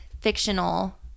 fictional